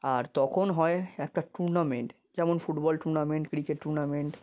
আর তখন হয় একটা টুর্নামেন্ট যেমন ফুটবল টুর্নামেন্ট ক্রিকেট টুর্নামেন্ট